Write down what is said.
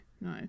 no